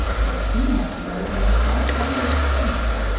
and if he hadn't made her a star somebody else would have done.